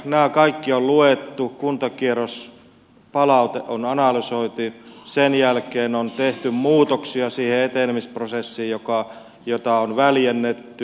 nämä kaikki on luettu kuntakierrospalaute on analysoitu sen jälkeen on tehty muutoksia siihen etenemisprosessiin jota on väljennetty